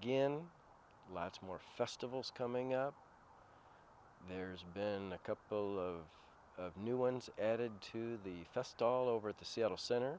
again lots more festivals coming up there's been a couple of new ones added to the fest all over the seattle center